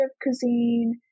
cuisine